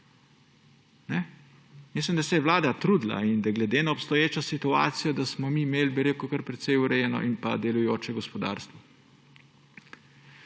Mislim, da se je Vlada trudila in da glede na obstoječo situacijo, da smo mi imeli kar precej urejeno in pa delujoče gospodarstvo.